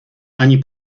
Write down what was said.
ani